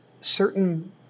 certain